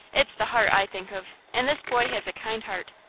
it's the heart i think of, and this boy has a kind heart.